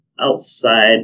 outside